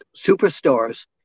superstars